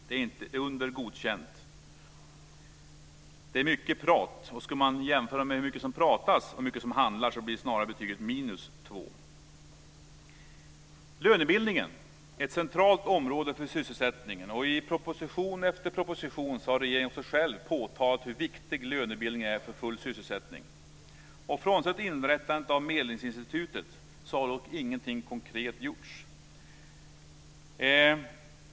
Det är under godkänt. Det är mycket prat. Skulle man jämföra hur mycket det pratas och hur mycket det handlas blir snarast betyget minus 2. Lönebildningen är ett centralt område för sysselsättningen. I proposition efter proposition har regeringen själv påtalat hur viktig lönebildningen för att nå full sysselsättning. Frånsett inrättandet av Medlingsinstitutet har inget konkret gjorts.